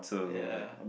ya